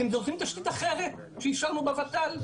אתם דורסים תשתית אחרת שאישרנו בוות"ל,